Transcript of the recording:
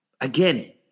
again